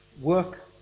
work